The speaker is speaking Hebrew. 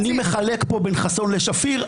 אני מחלק פה בין חסון לשפיר.